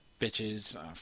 bitches